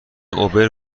اوبر